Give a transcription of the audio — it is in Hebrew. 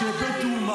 הודאה תחת עינויים